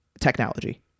technology